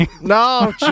no